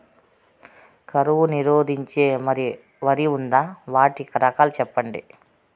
కరువు నిరోధించే వరి ఉందా? వాటి రకాలు చెప్పండి?